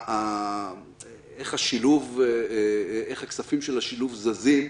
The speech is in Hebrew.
איך הכספים של השילוב זזים,